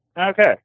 Okay